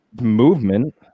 movement